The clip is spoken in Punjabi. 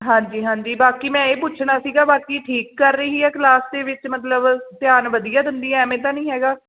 ਹਾਂਜੀ ਹਾਂਜੀ ਬਾਕੀ ਮੈਂ ਇਹ ਪੁੱਛਣਾ ਸੀਗਾ ਬਾਕੀ ਠੀਕ ਕਰ ਰਹੀ ਆ ਕਲਾਸ ਦੇ ਵਿੱਚ ਮਤਲਬ ਧਿਆਨ ਵਧੀਆ ਦਿੰਦੀ ਹੈ ਇਵੇਂ ਤਾਂ ਨਹੀਂ ਹੈਗਾ